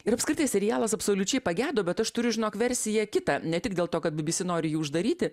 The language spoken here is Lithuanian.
ir apskritai serialas absoliučiai pagedo bet aš turiu žinok versiją kitą ne tik dėl to kad bbc nori jį uždaryti